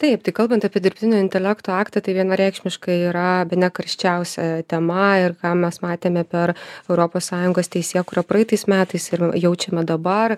taip tik kalbant apie dirbtinio intelekto aktą tai vienareikšmiškai yra bene karščiausia tema ir ką mes matėme per europos sąjungos teisėkūrą praeitais metais ir jaučiame dabar